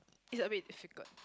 it's a bit difficult